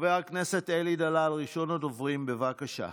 חבר הכנסת אלי דלל, ראשון הדוברים, בבקשה.